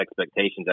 expectations